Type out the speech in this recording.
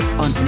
on